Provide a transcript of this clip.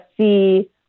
see